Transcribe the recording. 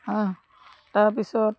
তাৰপিছত